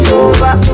over